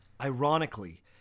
Ironically